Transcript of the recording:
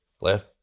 Left